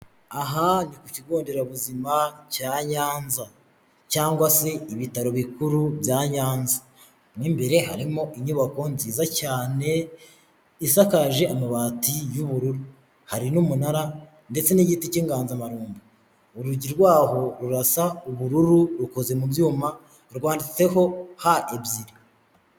Aha ni ku kigo nderabuzima cya Nyanza cyangwa se ibitaro bikuru bya Nyanza. Mu imbere harimo inyubako nziza cyane isakaje amabati y'ubururu, hari n'umunara ndetse n'igiti cy'inganzamarumbo. Urugi rwaho rurasa ubururu rukoze mu byuma, rwanditeho ha ebyiri.